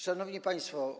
Szanowni Państwo!